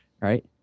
right